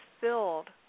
filled